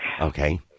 Okay